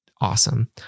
awesome